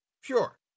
Sure